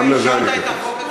גם לזה אני אתייחס.